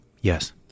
Yes